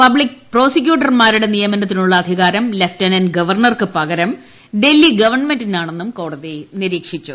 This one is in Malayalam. പബ്ലിക് പ്രോസിക്യൂട്ടർമാരുടെ നിയമനത്തിനുള്ള അധികാരം ലഫ്റ്റനന്റ് ഗവർണർക്ക് പകരം ഡൽഹി ഗവൺമെന്റിനാണെന്നും കോടതി നിരീക്ഷിച്ചു